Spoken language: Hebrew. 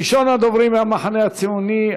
ראשון הדוברים מהמחנה הציוני,